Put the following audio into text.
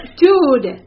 dude